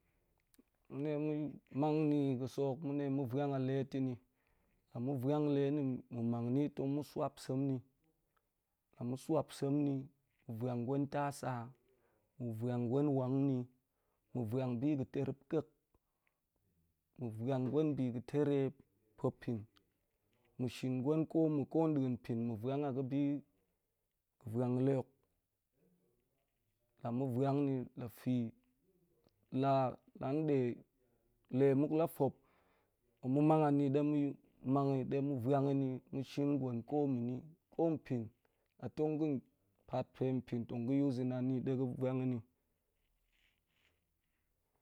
Men ɗe mang ni ga̱ sak hok ma̱n de ma̱ vwan a le ta̱n ni, nle ma̱ vwan le na̱ ma̱ manf ni tong ma̱ swap sem ni, la ma̱ swap sem mu vwam gwen tasa. ma̱ vwan gwen wang ni, ma̱ vwang bi ga tarep ka̱k, ma̱ vwan gwan bi ga̱ tare pa̱pin, ma̱ shirin gwen, ko ma̱ ko da̱a̱n pin ma̱ vwan a ga̱bi ga̱ vwan ni ma̱ shim gwen ko ma̱ ni, ko pin la tong ga̱n pet pa̱ pin tong ga̱ using a ni ɗe ga̱ vwan na̱